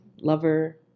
lover